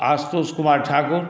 Ashutosh Kumar Thakur